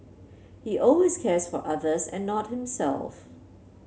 he always cares for others and not himself